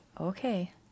Okay